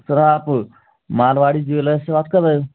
sir आप Marwari jewellers से बात कर रहें हैं